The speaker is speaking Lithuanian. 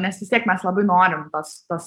nes vis tiek mes labai norim tos tos